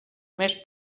més